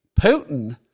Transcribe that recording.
Putin